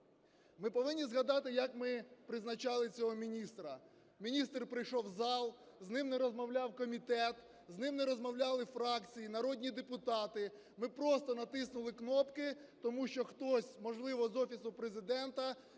Ми повинні згадати, як ми призначали цього міністра. Міністр прийшов в зал, з ним не розмовляв комітет, з ним не розмовляли фракції, народні депутати, ми просто натиснули кнопки, тому що хтось, можливо, з Офісу Президента…